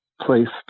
placed